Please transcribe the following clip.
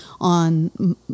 on